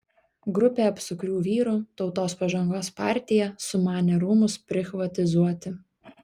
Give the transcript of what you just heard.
grupė apsukrių vyrų tautos pažangos partija sumanė rūmus prichvatizuoti